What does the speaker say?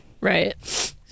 Right